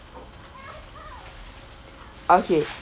okay